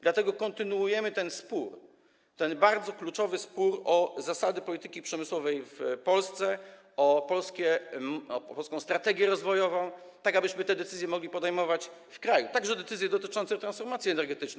Dlatego kontynuujemy ten spór, ten bardzo kluczowy spór o zasady polityki przemysłowej w Polsce, o polską strategię rozwojową, tak abyśmy te decyzje mogli podejmować w kraju, także decyzje dotyczące transformacji energetycznej.